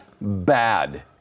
bad